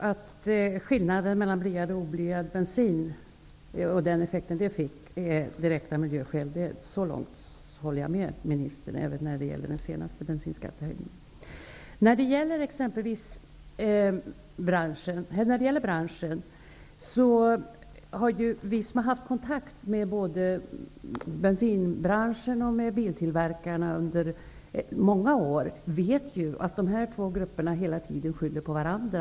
Fru talman! Jag håller med miljöministern om att skillnaden mellan blyad och oblyad bensins effekter på miljön påverkade den senaste bensinskattehöjningen. Vi som har haft kontakt både med bensinbranschen och med biltillverkarna under många år vet ju att dessa två grupper hela tiden skyller på varandra.